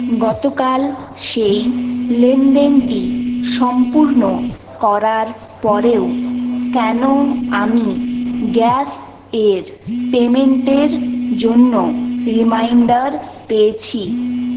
গতকাল সেই লেনদেনটি সম্পূর্ণ করার পরেও কেন আমি গ্যাসের পেমেন্টের জন্য রিমাইন্ডার পেয়েছি